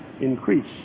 increase